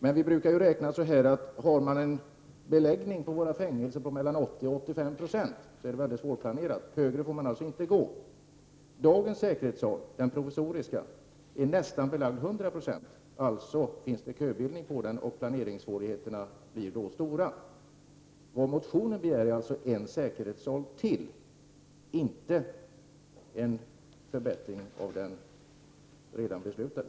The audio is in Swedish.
Men vi brukar ju räkna med att har man mellan 80 och 85 96 beläggning på våra fängelser, så är det väldigt svårplanerat. Högre får man alltså inte gå. Dagens säkerhetssal, den provisoriska, är nästan belagd till 100 90. Alltså finns det köbildning, och planeringssvårigheterna blir då stora. Vad motionen begär är en säkerhetssal till, inte en förbättring av den redan beslutade.